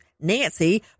nancy